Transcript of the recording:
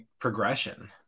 progression